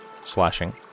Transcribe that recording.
Slashing